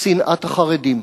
שנאת החרדים.